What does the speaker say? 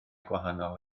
gwahanol